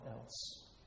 else